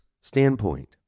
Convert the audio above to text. standpoint